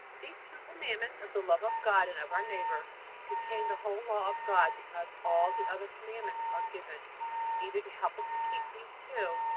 these two commandments of the love of god and of our neighbor contain the whole law of god because all the other commandments are given either to help us to keep these two,